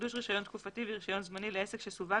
"28א.חידוש רישיון תקופתי ורישיון זמני לעסק שסווג